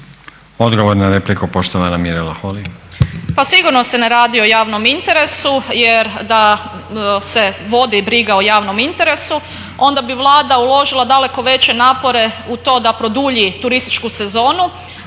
Odgovor na repliku, poštovana Mirela Holy. **Holy, Mirela (ORaH)** Pa sigurno se ne radi o javnom interesu jer da se vodi briga o javnom interesu onda bi Vlada uložila daleko veće napore u to da produlji turističku sezonu